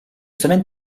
semaines